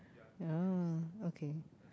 oh okay